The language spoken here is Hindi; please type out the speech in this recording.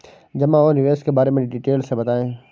जमा और निवेश के बारे में डिटेल से बताएँ?